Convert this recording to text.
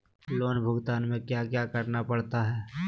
loan भुगतान में क्या क्या करना पड़ता है